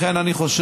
לכן, אני חושב